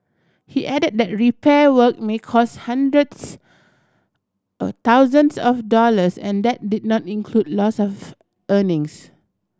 he add that repair work may cost hundreds or thousands of dollars and that did not include loss of earnings